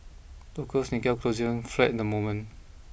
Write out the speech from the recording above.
Tokyo's Nikkei closed flat the moment